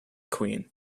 queen